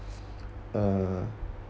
uh